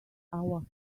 our